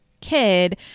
kid